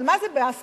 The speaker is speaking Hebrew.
אבל מה זה בהסכמה,